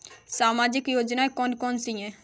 सामाजिक योजना कौन कौन सी हैं?